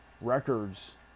records